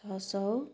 छ सौ